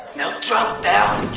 now drop down